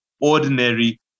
ordinary